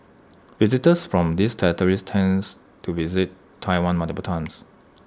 visitors from these territories tends to visit Taiwan multiple times